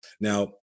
Now